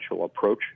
approach